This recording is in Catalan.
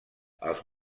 els